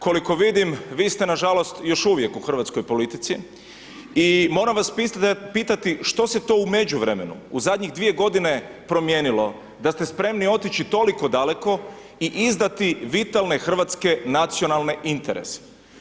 Koliko vidim, vi ste nažalost još uvijek u hrvatskoj politici i moram vas pitati što se to u međuvremenu u zadnjih 2 g. promijenilo da ste spremni otići toliko daleko i izdati vitalne hrvatske nacionalne interese?